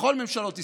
לכל ממשלות ישראל,